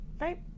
Right